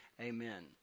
Amen